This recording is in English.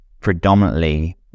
predominantly